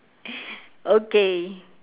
okay